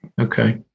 Okay